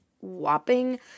whopping